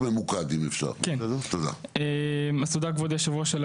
תודה כבוד יושב הראש,